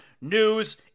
news